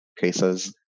cases